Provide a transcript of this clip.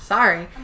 Sorry